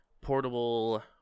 portable